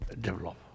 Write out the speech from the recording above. develop